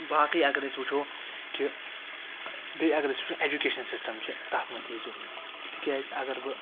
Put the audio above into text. باقٕے اگر أسۍ وٕچھو کہِ بیٚیہِ اگر أسۍ ایٚجُکیشَن سِسٹَم چھُ تَتھ مَنٛز تہِ چھُ ضوٚروٗی تکیاز اگر بہٕ